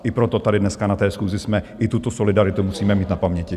I proto tady dneska na té schůzi jsme, i tuto solidaritu musíme mít na paměti.